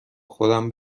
خودم